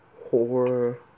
Horror